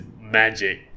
magic